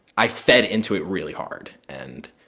i fed into it really hard. and